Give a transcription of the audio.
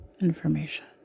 information